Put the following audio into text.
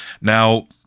Now